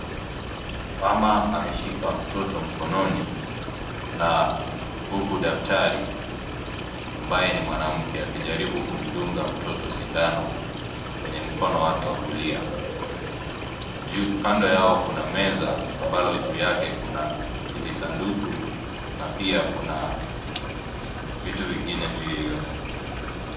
Mama ameshika mtoto mkononi na huku daktari ambaye ni mwanamke akijaribu kumdunga mtoto sindano kwenye mkono wa kulia, kando yao kuna meza ambalo juu yake kuna kijisanduku na pia kuna vitu vingine juu ya hiyo meza.